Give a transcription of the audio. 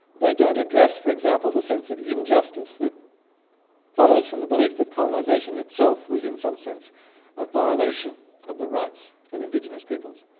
they don't address for example, the sense of injustice that follows from the belief that colonization itself was in some sense a violation of the rights of indigenous peoples.